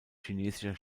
chinesischer